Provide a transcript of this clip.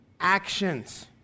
actions